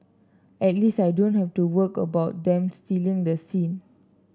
at least I don't have to work about them stealing the scene